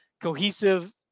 cohesive